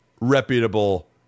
reputable